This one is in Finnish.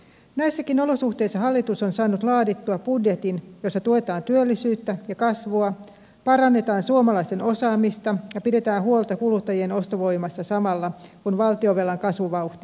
näissäkin olosuhteissa hallitus on saanut laadittua budjetin jossa tuetaan työllisyyttä ja kasvua parannetaan suomalaisten osaamista ja pidetään huolta kuluttajien ostovoimasta samalla kun valtionvelan kasvuvauhti hidastuu